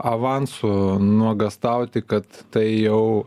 avansu nuogąstauti kad tai jau